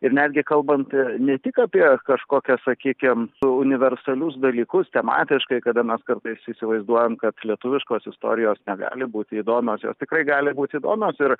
ir netgi kalbant ne tik apie kažkokias sakykim su universalius dalykus tematiškai kada nors kartais įsivaizduojam kad lietuviškos istorijos negali būti įdomios jos tikrai gali būt įdomios ir